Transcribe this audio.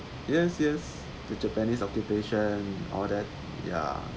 yes yes the japanese occupation all that ya